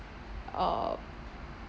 uh